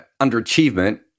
underachievement